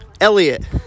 Elliot